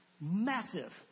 Massive